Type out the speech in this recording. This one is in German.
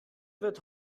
wird